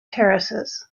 terraces